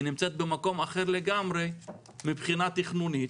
היא נמצאת במקום לגמרי אחר מבחינה תכנונית.